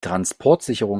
transportsicherung